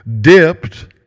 dipped